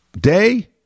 Day